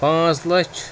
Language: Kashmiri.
پانٛژھ لَچھ